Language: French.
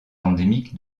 endémique